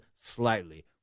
slightly